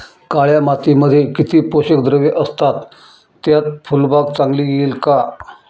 काळ्या मातीमध्ये किती पोषक द्रव्ये असतात, त्यात फुलबाग चांगली येईल का?